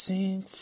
Sing